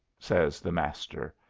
says the master.